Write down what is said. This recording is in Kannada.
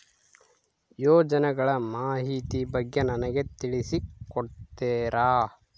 ಯೋಜನೆಗಳ ಮಾಹಿತಿ ಬಗ್ಗೆ ನನಗೆ ತಿಳಿಸಿ ಕೊಡ್ತೇರಾ?